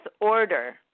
order